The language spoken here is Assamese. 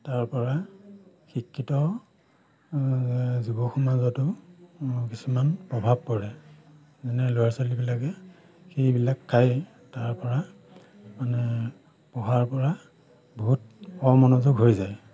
তাৰ পৰা শিক্ষিত যুৱ সমাজতো কিছুমান প্ৰভাৱ পৰে যেনে ল'ৰা ছোৱালীবিলাকে সেইবিলাক খায় তাৰ পৰা মানে পঢ়াৰ পৰা বহুত অমনোযোগ হৈ যায়